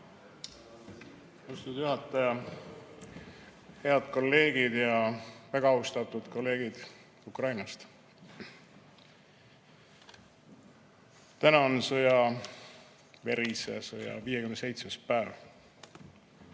Austatud juhataja! Head kolleegid! Väga austatud kolleegid Ukrainast! Täna on sõja, verise sõja 57. päev.